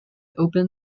opened